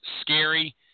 scary